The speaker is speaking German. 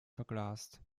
verglast